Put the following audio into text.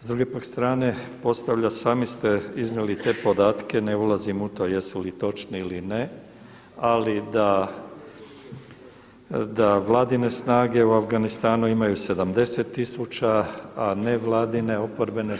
S druge pak strane sami ste iznijeli te podatke ne ulazim u to jesu li točni ili ne, ali da vladine snage u Afganistanu imaju 70 tisuća, a nevladine oporbene